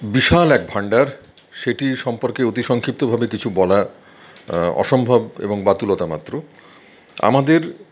বিশাল এক ভাণ্ডার সেটি সম্পর্কে অতিসংক্ষিপ্তভাবে কিছু বলা অসম্ভব এবং বাতুলতা মাত্র আমাদের